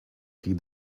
feed